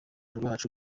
rwacu